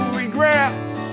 regrets